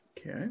Okay